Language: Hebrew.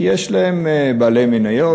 כי יש להם בעלי מניות,